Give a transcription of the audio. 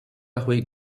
ହୋଇ